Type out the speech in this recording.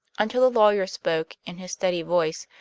until the lawyer spoke, in his steady voice,